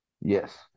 Yes